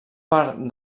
part